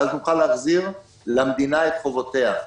ואז נוכל להחזיר למדינה את חובותינו.